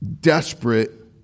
desperate